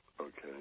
Okay